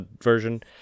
version